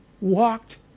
walked